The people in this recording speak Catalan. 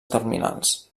terminals